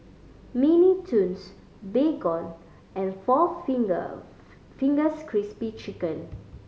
Mini Toons Baygon and four Finger Fingers Crispy Chicken